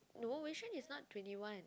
no Wei-xuan is not twenty one